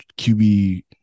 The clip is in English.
QB